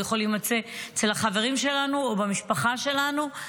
והוא יכול להימצא אצל החברים שלנו או במשפחה שלנו.